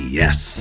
yes